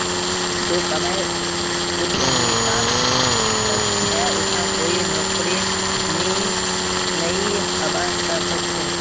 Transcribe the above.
जो कमाई उद्यमितात छ उटा कोई नौकरीत नइ हबा स ख छ